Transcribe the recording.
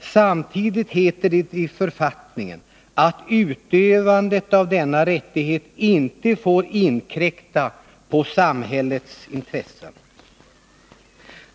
Samtidigt heter det i författningen att utövandet av denna rättighet inte får inkräkta på samhällets intressen.